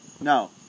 No